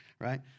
Right